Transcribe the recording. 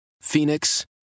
Phoenix